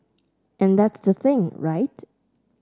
and that's the thing right